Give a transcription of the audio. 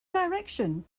direction